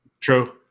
True